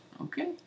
Okay